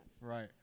Right